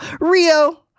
Rio